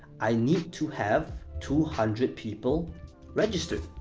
i need to have two hundred people registered.